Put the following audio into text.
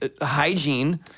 hygiene